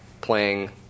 playing